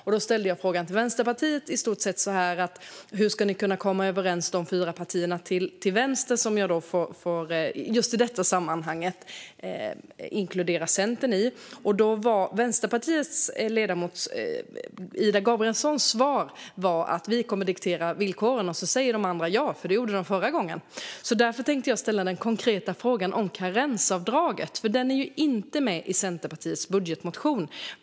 Den fråga som jag ställde till Vänsterpartiet var: Hur ska ni kunna komma överens i de fyra partierna till vänster? Och just i detta sammanhang inkluderar jag Centern. Ida Gabrielssons svar från Vänsterpartiet var då: Vi kommer att diktera villkoren, och sedan säger de andra ja. Det gjorde de nämligen förra gången. Därför tänkte jag ställa en konkret fråga om karensavdraget som inte är med i Centerpartiets budgetmotion.